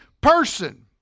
person